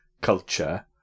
culture